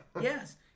yes